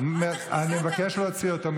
הוא לא יכול.